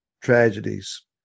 tragedies